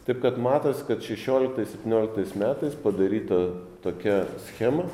taip kad matos kad šešioliktais septynioliktais metais padaryta tokia schema